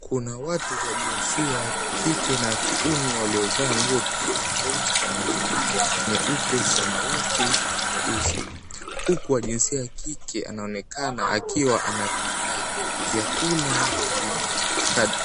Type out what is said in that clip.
Kuna watu wa jinsia ya kiume na kike waliovaa nguo tofauti tofauti kama vile nyeupe samawati na nyeusi, huku wa jinsia ya kike anaonekana amekaa vyakula